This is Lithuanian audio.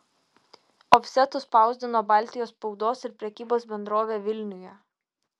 ofsetu spausdino baltijos spaudos ir prekybos bendrovė vilniuje